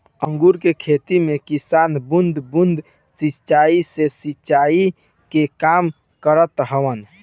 अंगूर के खेती में किसान बूंद बूंद सिंचाई से सिंचाई के काम करत हवन